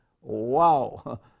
Wow